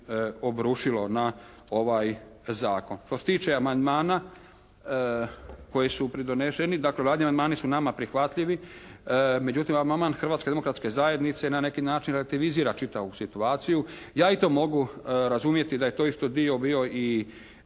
obrušilo na ovaj zakon. Što se tiče amandmana koji su pridonešeni, dakle radni amandmani su nama prihvatljivi. Međutim, ovaj amandman Hrvatske demokratske zajednice na neki način aktivizira čitavu situaciju. Ja i to mogu razumjeti da je i to isto dio bio i